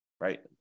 right